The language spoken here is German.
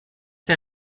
der